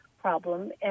problem